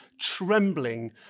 trembling